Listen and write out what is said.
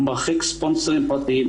הוא מרחיק ספונסרים פרטיים,